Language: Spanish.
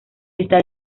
esta